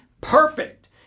perfect